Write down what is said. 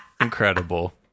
Incredible